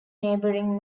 neighbouring